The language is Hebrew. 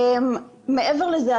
מעבר לזה,